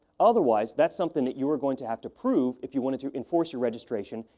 otherwise, that's something that you are going to have to prove, if you wanted to enforce your registration,